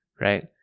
Right